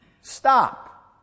Stop